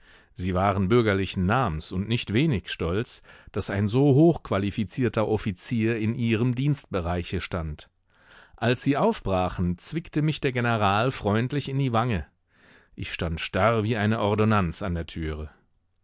sie waren bürgerlichen namens und nicht wenig stolz daß ein so hoch qualifizierter offizier in ihrem dienstbereiche stand als sie aufbrachen zwickte mich der general freundlich in die wange ich stand starr wie eine ordonanz an der türe